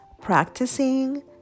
practicing